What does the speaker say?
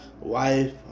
wife